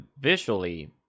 visually